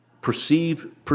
perceive